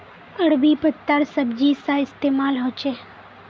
अरबी पत्तार सब्जी सा इस्तेमाल होछे